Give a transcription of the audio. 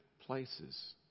places